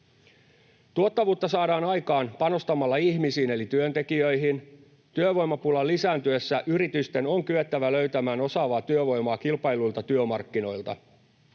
Tuottavuutta saadaan aikaan panostamalla ihmisiin eli työntekijöihin. Työvoimapulan lisääntyessä yritysten on kyettävä löytämään osaavaa työvoimaa kilpailluilta työmarkkinoilta.